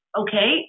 okay